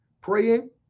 praying